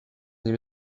nim